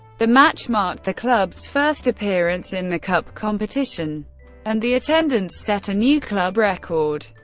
the match marked the club's first appearance in the cup competition and the attendance set a new club record.